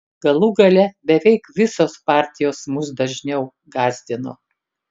galų gale beveik visos partijos mus dažniau gąsdino